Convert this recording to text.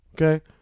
Okay